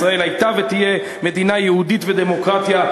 ישראל הייתה ותהיה מדינה יהודית ודמוקרטיה,